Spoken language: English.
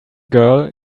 girl